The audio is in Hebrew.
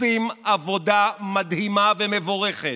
עושים עבודה מדהימה ומבורכת,